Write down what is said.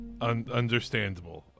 Understandable